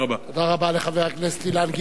תודה רבה לחבר הכנסת אילן גילאון.